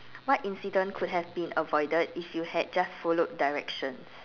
what incident could have been avoided if you had just followed directions